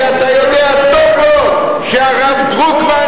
כי אתה יודע טוב מאוד שהרב דרוקמן,